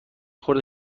خورده